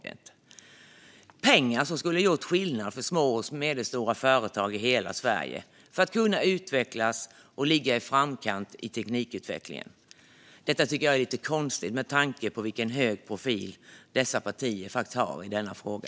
Detta är pengar som skulle ha gjort skillnad för små och medelstora företag i hela Sverige och gjort det möjligt för dem att utvecklas och ligga i framkant i teknikutvecklingen. Att de tagits bort tycker jag är lite konstigt med tanke på vilken hög profil dessa partier har i denna fråga.